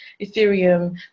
ethereum